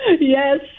Yes